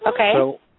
Okay